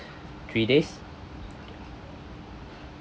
three days